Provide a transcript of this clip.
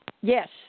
Yes